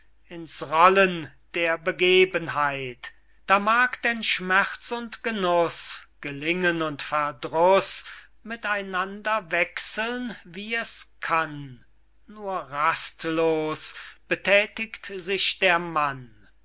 in's rollen der begebenheit da mag denn schmerz und genuß gelingen und verdruß mit einander wechseln wie es kann nur rastlos bethätigt sich der mann